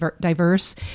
diverse